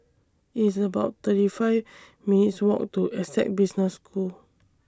It's about thirty five minutes' Walk to Essec Business School